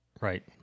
right